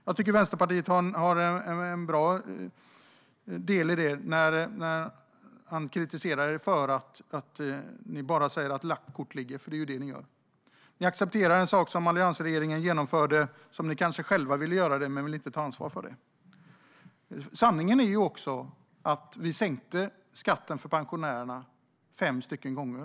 Jag tycker att Vänsterpartiet har en bra del i det när de kritiserar er för att ni bara säger att lagt kort ligger, för det är vad ni gör, Peter Persson. Ni accepterar en sak som alliansregeringen genomförde och som ni kanske själva ville göra, men inte ville ta ansvar för. Sanningen är att vi sänkte skatten för pensionärerna fem gånger.